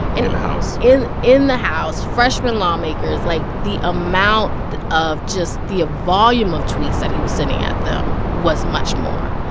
and. in the house in in the house, freshmen lawmakers. like, the amount of just the volume of tweets that he was sending at them was much more.